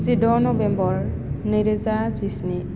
जिद' नबेम्बर नैरोजा जिस्नि